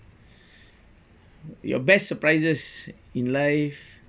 your best surprises in life